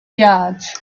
yards